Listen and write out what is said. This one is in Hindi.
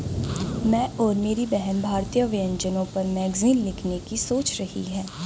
मैं और मेरी बहन भारतीय व्यंजनों पर मैगजीन लिखने की सोच रही है